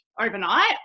overnight